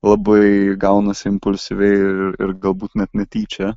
labai gaunasi impulsyviai ir ir galbūt net netyčia